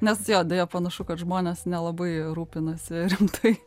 nes jo deja panašu kad žmonės nelabai rūpinasi rimtai